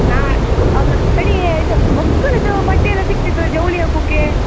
ನಾ ಅಲ್ಲ ತಡೀ ಇದು ಮಕ್ಕಳದು ಬಟ್ಟೆ ಎಲ್ಲ ಸಿಕ್ತದೋ ಜವಳಿ ಹಾಕೋಕೇ